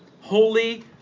Holy